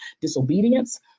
disobedience